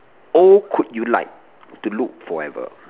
old could you like to look forever